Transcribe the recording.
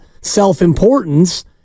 self-importance